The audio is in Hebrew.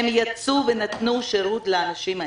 הם יצאו ונתנו שירות לאנשים האלה.